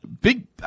Big